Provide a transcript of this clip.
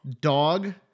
dog